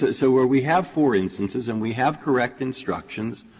so where we have four instances and we have correct instructions,